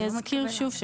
אני אזכיר שוב,